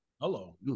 hello